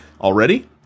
already